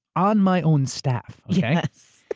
on my own staff, okay? yes.